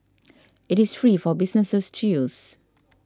it is free for businesses to use